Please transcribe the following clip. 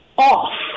off